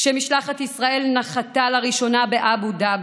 כשמשלחת ישראל נחתה לראשונה באבו דאבי,